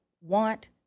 want